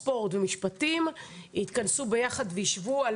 ספורט ומשפטים יתכנסו ביחד וישבו על